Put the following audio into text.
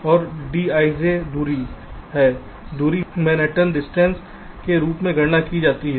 और dij दूरी है दूरी मैनहट्टन दूरी के रूप में गणना की जाती है